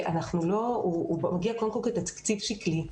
הוא מגיע כתקציב שקלי,